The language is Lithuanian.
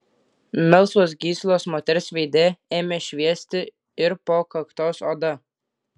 melsvos gyslos moters veide ėmė šviesti ir po kaktos oda